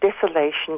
desolation